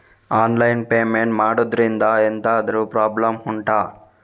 online payment ಮಾಡುದ್ರಿಂದ ಎಂತಾದ್ರೂ problem ಉಂಟಾ